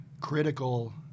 critical